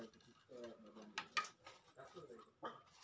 ಒಂದು ಎಕರೆ ಅಡಿಕೆ ಬೆಳೆಗೆ ಎಷ್ಟು ಗೊಬ್ಬರ ಬೇಕಾಗಬಹುದು?